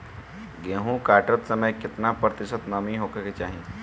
गेहूँ काटत समय केतना प्रतिशत नमी होखे के चाहीं?